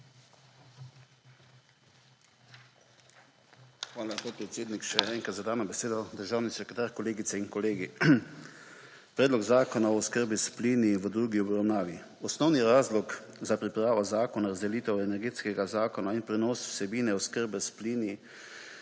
Hvala, podpredsednik, še enkrat za dano besedo. Državni sekretar, kolegice in kolegi! Predlog zakona o oskrbi s plini v drugi obravnavi. Osnovni razlog za pripravo zakona je razdelitev Energetskega zakona in prenos vsebine oskrbe s plini